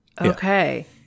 Okay